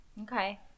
Okay